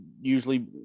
usually